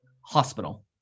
hospital